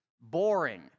boring